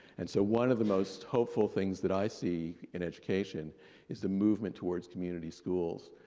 and so, one of the most hopeful things that i see in education is the movement towards community schools,